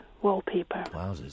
wallpaper